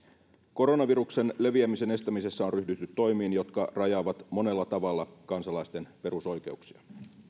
koronaviruksen leviämisen estämisessä on ryhdytty toimiin jotka rajaavat monella tavalla kansalaisten perusoikeuksia